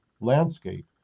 landscape